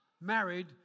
married